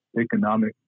economic